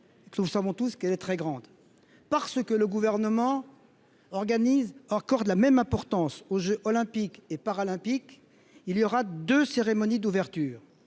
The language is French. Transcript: nous savons tous très grande. Parce que le Gouvernement accorde la même importance aux jeux Olympiques et Paralympiques, nous organiserons deux cérémonies d'ouverture,